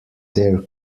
their